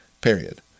period